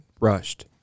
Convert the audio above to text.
Rushed